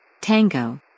Tango